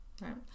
right